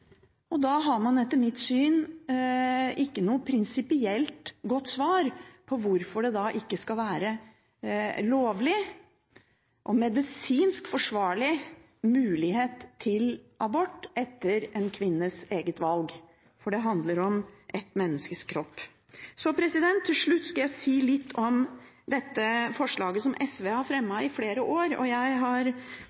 unntas. Da har man etter mitt syn ikke noe prinsipielt godt svar på hvorfor det ikke skal være en lovlig og medisinsk forsvarlig mulighet til abort etter en kvinnes eget valg – for det handler om et menneskes kropp. Til slutt skal jeg si litt om det forslaget som SV har